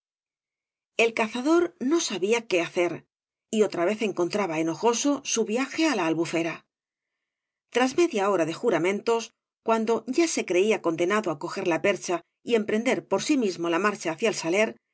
el cazador no sabía qué hacer y otra vez encontraba enojobo bu viaje á la albufera tras media hora de íuramentoa cuando ya se creía condenado á coger la percha y emprender por sí mismo la marcha hacia el saler